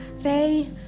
Faye